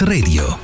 Radio